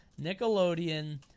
Nickelodeon